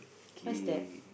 where's that